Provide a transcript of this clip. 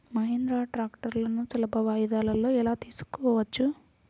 మహీంద్రా ట్రాక్టర్లను సులభ వాయిదాలలో ఎలా తీసుకోవచ్చు?